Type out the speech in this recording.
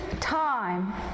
time